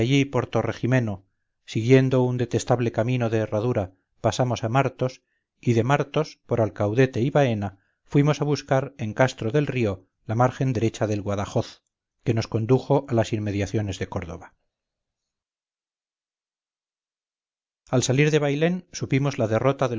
torre jimeno siguiendo un detestable camino de herradura pasamos a martos y de martos por alcaudete y baena fuimos a buscar en castro del río la margen derecha del guadajoz que nos condujo a las inmediaciones de córdoba al salir de bailén supimos la derrota